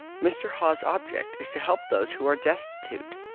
mr. haw's object is to help those who are destitute.